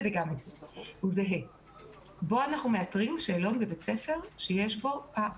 בו אנחנו מאתרים שאלון בבית ספר שיש בו פער,